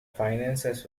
finances